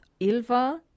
Ilva